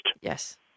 Yes